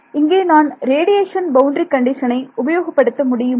இங்கே நான் radiation boundary கண்டிஷனை உபயோகப்படுத்த முடியுமா